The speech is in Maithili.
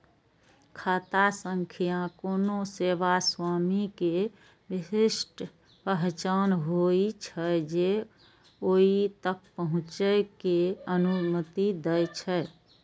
खाता संख्या कोनो सेवा स्वामी के विशिष्ट पहचान होइ छै, जे ओइ तक पहुंचै के अनुमति दै छै